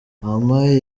wampaye